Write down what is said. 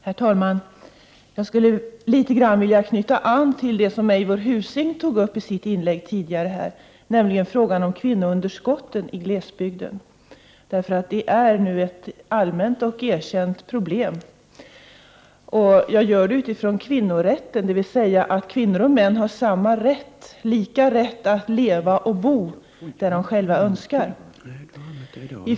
Herr talman! Jag skulle vilja knyta an litet grand till det som Eivor Husing tidigare tog upp i debatten, nämligen frågan om kvinnounderskottet i glesbygden. Det är nämligen ett allmänt och erkänt problem. Jag vill ta upp denna fråga utifrån kvinnorätten, dvs. att kvinnor och män har samma rätt att leva och bo där de själva önskar.